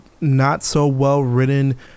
not-so-well-written